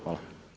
Hvala.